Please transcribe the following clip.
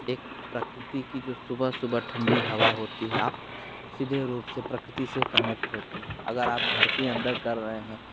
एक प्रकृति की जो सुबह सुबह ठंडी हवा होती है आप सीधे रूप से प्रकृति से कनेक्ट होते हैं अगर आप घर के अंदर कर रहे हैं